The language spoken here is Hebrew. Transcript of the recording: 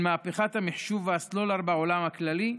מהפכת המחשוב והסלולר בעולם הכללי?